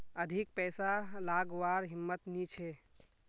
अधिक पैसा लागवार हिम्मत नी छे